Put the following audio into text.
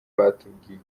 batubwiye